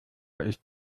ist